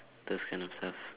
those kind of stuff